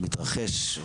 שמתרחש,